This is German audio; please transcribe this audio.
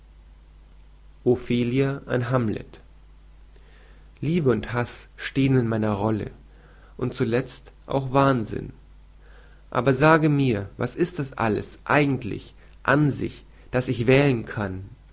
ophelia an hamlet liebe und haß steht in meiner rolle und zulezt auch wahnsinn aber sage mir was ist das alles eigentlich an sich daß ich wählen kann